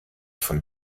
von